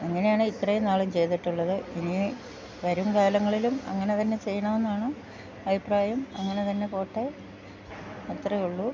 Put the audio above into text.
അങ്ങനെയാണ് ഇത്രയും നാളും ചെയ്തിട്ടുള്ളത് ഇനി വരും കാലങ്ങളിലും അങ്ങന തന്നെ ചെയ്യണം എന്നാണ് അഭിപ്രായം അങ്ങനെ തന്നെ പോട്ടെ അത്രേ ഉള്ളു